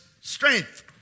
strength